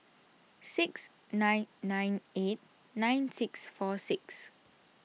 six nine nine eight nine six four six